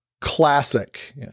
classic